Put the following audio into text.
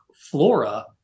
flora